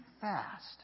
fast